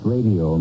Radio